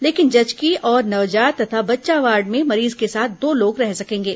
लेकिन जचकी और नवजात तथा बच्चा वार्ड में मरीज के साथ दो लोग रह सकेंगे